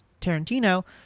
Tarantino